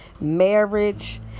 marriage